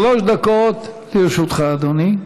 שלוש דקות לרשותך, אדוני.